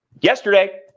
yesterday